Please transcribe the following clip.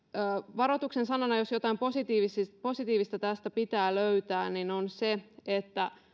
varoituksen sanana jos jotain positiivista positiivista tästä pitää löytää on se että